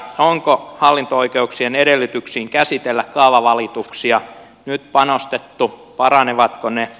onko hallinto oikeuksien edellytyksiin käsitellä kaavavalituksia nyt panostettu paranevatko ne